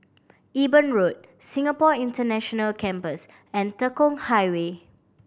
Eben Road Singapore International Campus and Tekong Highway